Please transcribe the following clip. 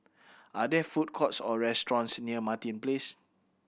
are there food courts or restaurants near Martin Place